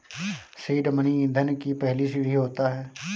seed money ईंधन की पहली सीढ़ी होता है